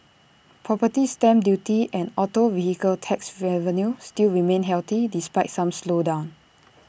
property stamp duty and auto vehicle tax revenue still remain healthy despite some slowdown